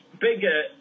bigger